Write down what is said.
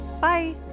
Bye